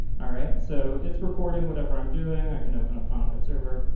all right, so it's recording whatever i'm doing. i can open up final cut server,